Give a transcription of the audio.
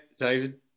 David